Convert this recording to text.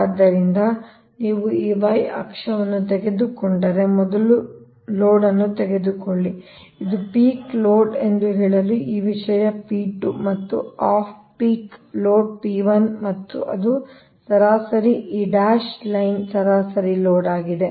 ಆದ್ದರಿಂದ ನೀವು ಈ y ಅಕ್ಷವನ್ನು ತೆಗೆದುಕೊಂಡರೆ ಮೊದಲು ಲೋಡ್ ಅನ್ನು ತೆಗೆದುಕೊಳ್ಳಿ ಇದು ಪೀಕ್ ಲೋಡ್ ಎಂದು ಹೇಳಲು ಈ ವಿಷಯ P2 ಮತ್ತು ಆಫ್ ಪೀಕ್ ಲೋಡ್ P1 ಮತ್ತು ಅದರ ಸರಾಸರಿ ಈ ಡ್ಯಾಶ್ ಲೈನ್ ಸರಾಸರಿ ಲೋಡ್ ಆಗಿದೆ